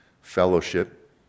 Fellowship